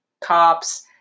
cops